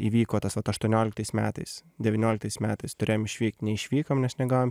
įvyko tas vat aštuonioliktais metais devynioliktais metais turėjom išvykt neišvykom nes negavom